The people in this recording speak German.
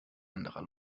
anderer